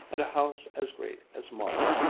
and a house as great as molly's,